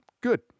Good